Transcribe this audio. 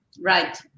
Right